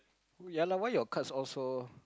ya lah why your cards all so